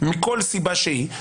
מכל סיבה שהיא,